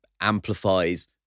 amplifies